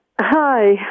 hi